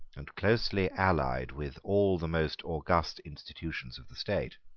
and closely allied with all the most august institutions of the state.